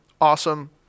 Awesome